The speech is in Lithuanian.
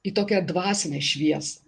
į tokią dvasinę šviesą